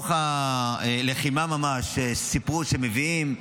מתוך הלחימה ממש, סיפרו שמביאים.